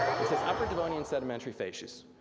it says, upper devonian sedimentary facies.